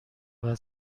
بعد